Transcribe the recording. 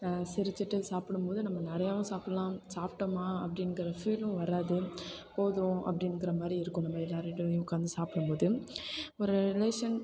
சிரிச்சுட்டு சாப்பிடும் போது நம்ம நிறையாவும் சாப்பிட்லாம் சாப்பிட்டோமா அப்படிங்கிற ஃபீலும் வராது போதும் அப்படிங்கிற மாதிரி இருக்கும் நம்ம எல்லாரோடயும் உட்காந்து சாப்பிடும் போது ஒரு ரிலேஷன்